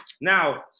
Now